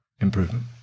improvement